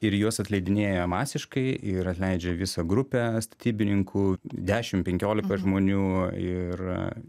ir juos atleidinėja masiškai ir atleidžia visą grupę statybininkų dešim penkiolika žmonių ir